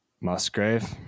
Musgrave